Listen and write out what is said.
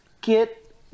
Get